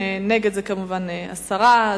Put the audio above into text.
נגד, הסרה.